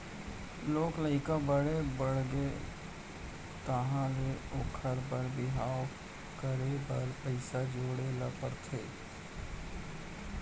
लोग लइका बड़े बाड़गे तहाँ ले ओखर बर बिहाव करे बर पइसा जोड़े ल परथे